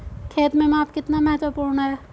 खेत में माप कितना महत्वपूर्ण है?